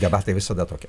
debatai visada tokie